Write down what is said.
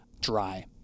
dry